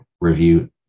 review